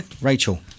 Rachel